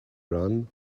run